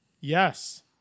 Yes